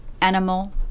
Animal